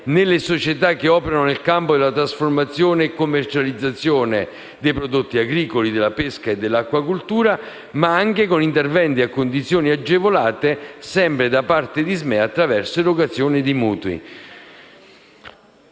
nelle società operanti nel campo della trasformazione e commercializzazione dei prodotti agricoli, della pesca e dell'acquacoltura, ma anche con interventi a condizioni agevolate attraverso l'erogazione di mutui.